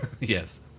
Yes